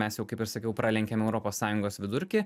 mes jau kaip ir sakiau pralenkėm europos sąjungos vidurkį